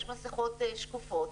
יש מסיכות שקופות,